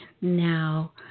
Now